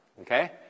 Okay